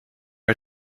are